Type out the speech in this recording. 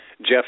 Jeff